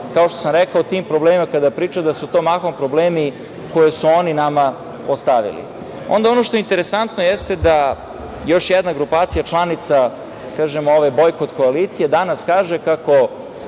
kao što sam rekao, kada o tim problemima priča, da su to mahom problemi koje su oni nama ostavili. Ono što je interesantno jeste da još jedna grupacija članica, kažem, ove bojkot koalicije danas kaže kako